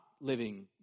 living